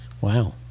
Wow